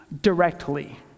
directly